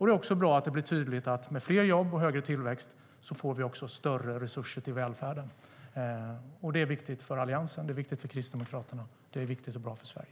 Det är också bra att det blir tydligt att vi med fler jobb och högre tillväxt också får större resurser till välfärden, och det är viktigt för Alliansen. Det är viktigt för Kristdemokraterna, och det är viktigt och bra för Sverige.